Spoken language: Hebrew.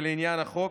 ולעניין החוק,